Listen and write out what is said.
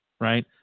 right